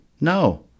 No